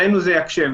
זה יקשה עלינו.